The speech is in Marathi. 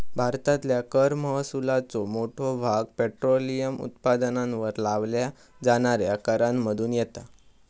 भारतातल्या कर महसुलाचो मोठो भाग पेट्रोलियम उत्पादनांवर लावल्या जाणाऱ्या करांमधुन येता